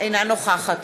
אינה נוכחת